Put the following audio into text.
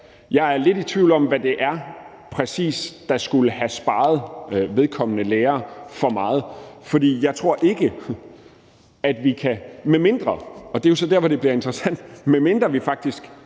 Jeg er lidt i tvivl om, hvad det præcis er, der skulle have sparet vedkommende lærer. For medmindre – og det er jo så der, hvor det bliver interessant – vi faktisk